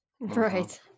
Right